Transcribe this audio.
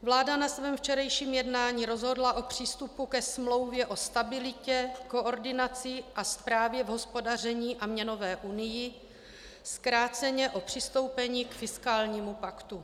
Vláda na svém včerejším jednání rozhodla o přístupu ke Smlouvě o stabilitě, koordinaci a správě v hospodaření a měnové unii, zkráceně o přistoupení k fiskálnímu paktu.